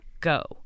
go